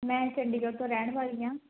ਮੈਂ ਚੰਡੀਗੜ੍ਹ ਤੋਂ ਰਹਿਣ ਵਾਲੀ ਹਾਂ